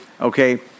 okay